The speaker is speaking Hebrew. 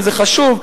וזה חשוב,